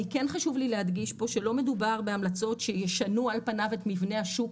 חשוב לי להדגיש שלא מדובר בהמלצות שישנו על פניו את מבנה השוק